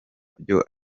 byo